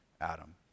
Adam